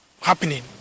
happening